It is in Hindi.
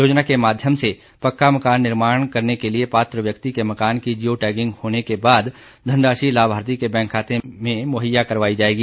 योजना के माध्यम से पक्का मकान निर्माण करने के लिए पात्र व्यक्ति के मकान की जिओ टैगिंग होने के बाद धनराशि लाभार्थी के बैंक खाते में मुहैया करवाई जाएगी